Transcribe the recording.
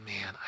man